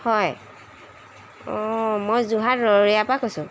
হয় অঁ মই যোৰহাট ৰৰৈয়াৰপৰা কৈছোঁ